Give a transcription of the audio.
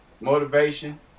motivation